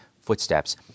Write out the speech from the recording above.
footsteps